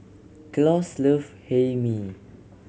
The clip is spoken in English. Claus love Hae Mee